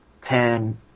ten